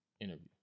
interview